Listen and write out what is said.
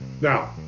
Now